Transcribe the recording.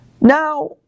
Now